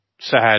Sad